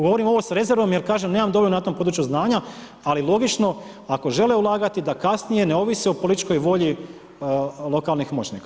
Govorim ovo s rezervom jer kažem, nemam dovoljno na tom području znanju, ali logično, ako žele ulagati da kasnije ne ovise o političkoj volji lokalnih moćnika.